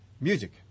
music